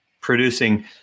producing